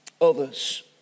others